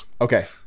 Okay